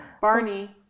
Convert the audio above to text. Barney